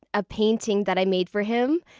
a painting that i made for him.